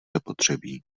zapotřebí